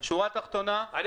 אני